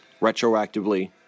retroactively